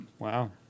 Wow